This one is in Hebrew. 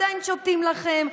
עדיין שולטים לכם,